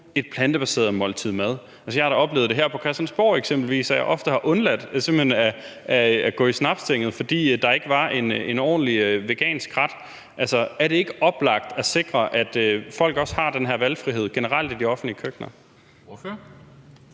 et plantebaseret måltid mad? Jeg har da oplevet det her på Christiansborg eksempelvis, hvor jeg ofte simpelt hen har undladt at gå i Snapstinget, fordi der ikke var en ordentlig vegansk ret. Altså, er det ikke oplagt at sikre, at folk også generelt har den her valgfrihed i de offentlige køkkener?